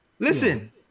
Listen